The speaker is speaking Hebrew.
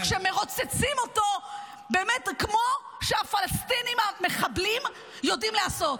-- כשמרוצצים אותו כמו שהפלסטינים המחבלים יודעים לעשות.